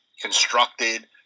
constructed